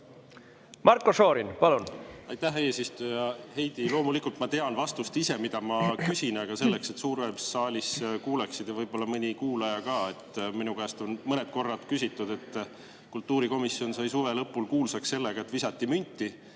Marko Šorin, palun!